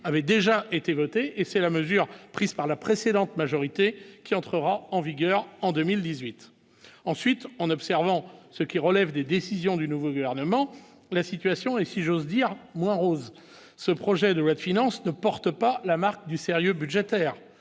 avait déjà été voté et c'est la mesure prise par la précédente majorité qui entrera en vigueur en 2018 ensuite en observant ce qui relève des décisions du nouveau gouvernement, la situation est si j'ose dire, ou rose, ce projet de loi de finances ne porte pas la marque du sérieux budgétaire